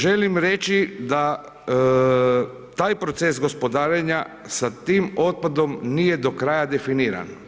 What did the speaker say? Želim reći da taj proces gospodarenja sa tim otpadom nije do kraja definiran.